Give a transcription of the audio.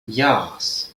yes